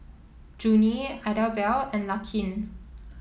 Junie Idabelle and Laken